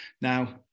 Now